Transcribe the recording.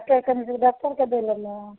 doctor कन जएबै डॉकटरके देबै ने